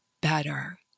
better